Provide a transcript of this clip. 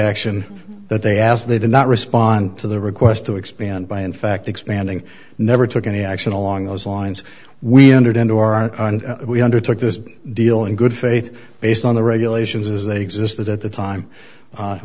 action that they asked they did not respond to the request to expand by in fact expanding never took any action along those lines we entered into aren't we undertook this deal in good faith based on the regulations as they existed at the